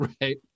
Right